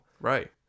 Right